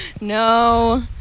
No